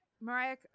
Mariah